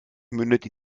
mündet